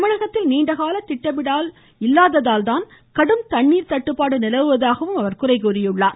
தமிழகத்தில் நீண்டகால திட்டமிடல் இல்லாததால்தான் கடும் தண்ணீர் தட்டுப்பாடு நிலவுவதாக அவர் குறை கூறினார்